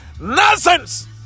Nonsense